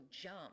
jump